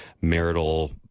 marital